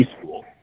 school